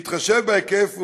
בהתחשב בהיקף,